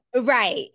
Right